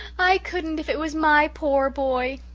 i couldn't if it was my pore boy.